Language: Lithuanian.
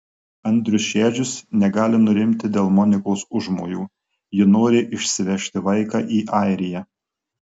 andrius šedžius negali nurimti dėl monikos užmojų ji nori išsivežti vaiką į airiją